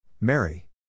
Mary